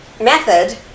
method